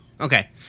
Okay